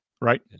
Right